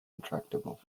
intractable